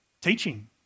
teaching